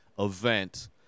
Event